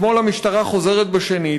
אתמול המשטרה חוזרת שנית,